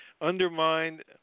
undermined